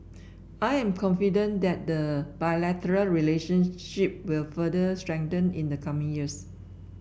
I am confident that the bilateral relationship will further strengthen in the coming years